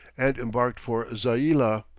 and embarked for zaila,